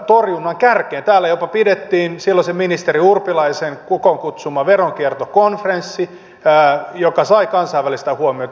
täällä jopa pidettiin silloisen ministeri urpilaisen kokoonkutsuma veronkiertokonferenssi joka sai kansainvälistä huomiota